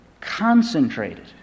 concentrated